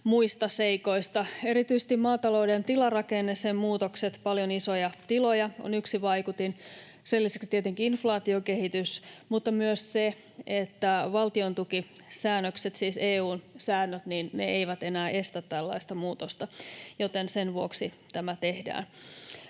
muista seikoista. Erityisesti maatalouden tilarakenne, sen muutokset — paljon isoja tiloja — on yksi vaikutin, sen lisäksi tietenkin inflaatiokehitys mutta myös se, että valtiontukisäännökset, siis EU:n säännöt, eivät enää estä tällaista muutosta, joten sen vuoksi tämä tehdään.